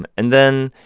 and and then